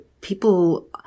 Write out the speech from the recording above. people